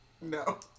No